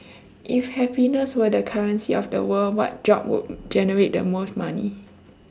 if happiness were the currency of the world what job would generate the most money